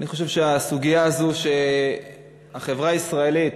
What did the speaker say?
אני חושב שהסוגיה הזאת שהחברה הישראלית,